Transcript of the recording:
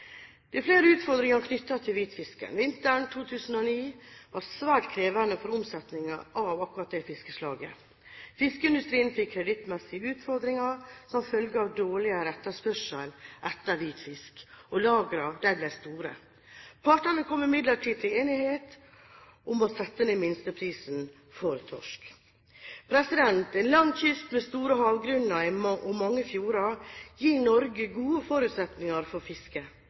Det er flere utfordringer knyttet til hvitfisken. Vinteren 2009 var svært krevende for omsetningen av akkurat det fiskeslaget. Fiskeindustrien fikk kredittmessige utfordringer som følge av dårligere etterspørsel etter hvitfisk, og lagrene ble store. Partene kom imidlertid til enighet om å sette ned minsteprisen for torsk. En lang kyst med store havgrunner og mange fjorder gir Norge gode forutsetninger for